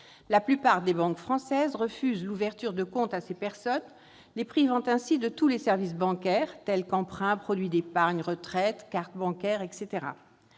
La plupart des banques françaises refusent l'ouverture de comptes à ces personnes, les privant ainsi de tous les services bancaires, tels que prêts, produits d'épargne retraite, cartes bancaires, etc.